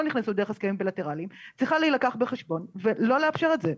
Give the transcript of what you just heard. נכנסו דרך הסכמים בילטרליים צריכה להילקח בחשבון ולא לאפשר את זה,